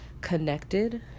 connected